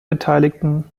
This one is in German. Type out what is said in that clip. beteiligten